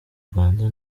rwanda